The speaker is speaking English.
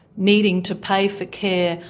needing to pay for care,